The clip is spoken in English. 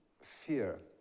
fear